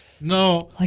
No